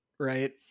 right